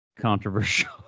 controversial